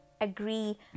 agree